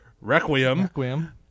Requiem